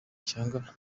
cyangwa